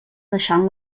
deixant